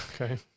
Okay